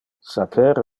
saper